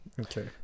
okay